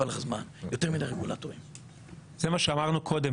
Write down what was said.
שאמרנו קודם,